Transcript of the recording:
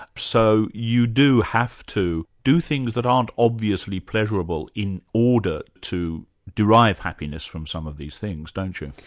so you do have to do things that aren't obviously pleasurable in order to derive happiness from some of these things, don't you?